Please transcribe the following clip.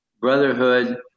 brotherhood